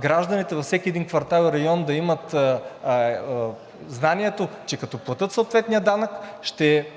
гражданите във всеки един квартал и район да имат знанието, че като платят съответния данък, ще се